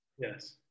Yes